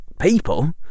people